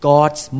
God's